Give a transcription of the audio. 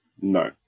no